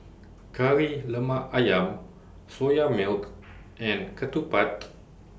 Kari Lemak Ayam Soya Milk and Ketupat